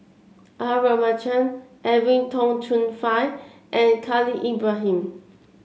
R Ramachandran Edwin Tong Chun Fai and Khalil Ibrahim